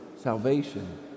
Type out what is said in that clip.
salvation